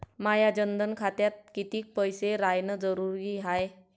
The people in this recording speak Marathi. माया जनधन खात्यात कितीक पैसे रायन जरुरी हाय?